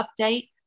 update